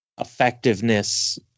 effectiveness